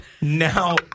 Now